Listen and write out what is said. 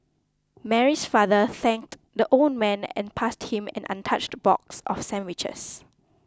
Mary's father thanked the old man and passed him an untouched box of sandwiches